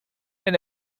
and